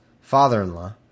father-in-law